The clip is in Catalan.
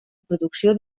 producció